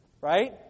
right